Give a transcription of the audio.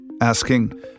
asking